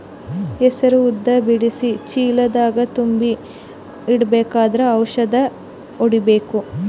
ಹೆಸರು ಉದ್ದ ಬಿಡಿಸಿ ಚೀಲ ದಾಗ್ ತುಂಬಿ ಇಡ್ಬೇಕಾದ್ರ ಔಷದ ಹೊಡಿಬೇಕ?